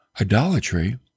idolatry